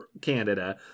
canada